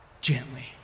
gently